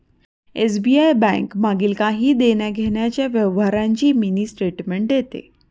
SBI bank मागील काही देण्याघेण्याच्या व्यवहारांची मिनी स्टेटमेंट देते